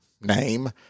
name